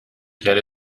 yet